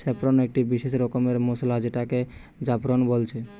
saffron একটি বিসেস রকমের মসলা যেটাকে জাফরান বলছে